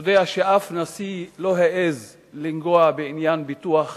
יודע שאף נשיא לא העז לגעת בנושא ביטוח